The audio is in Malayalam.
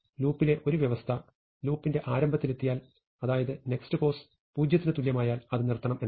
ലൂപ്പിലെ ഒരു വ്യവസ്ഥ ലൂപ്പിന്റെ ആരംഭത്തിൽ എത്തിയാൽ അതായത് nextpos 0ന് തുല്യമായാൽ അത് നിർത്തണം എന്നാണ്